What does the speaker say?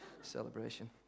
celebration